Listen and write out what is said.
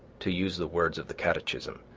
to use the words of the catechism,